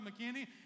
McKinney